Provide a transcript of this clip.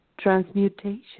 transmutation